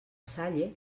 salle